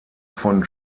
von